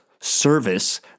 service